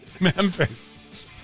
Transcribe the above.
Memphis